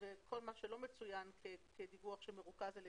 וכל מה שלא מצוין כדיווח שמרוכז על